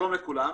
אני שלום לכולם.